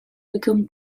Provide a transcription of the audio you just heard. became